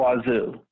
Wazoo